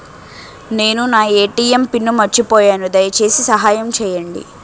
నేను నా ATM pin మర్చిపోయాను, దయచేసి సహాయం చేయండి